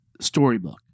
storybook